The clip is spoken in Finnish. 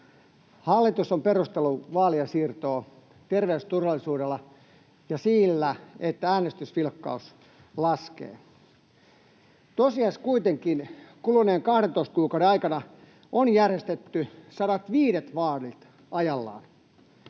Hallitus on perustellut vaalien siirtoa terveysturvallisuudella ja sillä, että äänestysvilkkaus laskee. Tosiasiassa kuitenkin kuluneiden 12 kuukauden aikana on järjestetty 105 vaalit ajallaan.